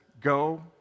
go